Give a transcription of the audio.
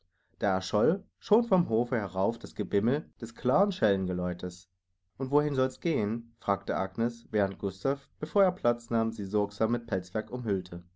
da erscholl schon vom hofe herauf das gebimmel des klaren schellengeläutes und wohin soll's gehen fragte agnes während gustav bevor er platz nahm sie sorgsam mit pelzwerk umhüllte